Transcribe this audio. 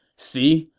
see,